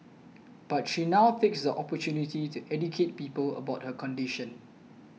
but she now takes the opportunity to educate people about her condition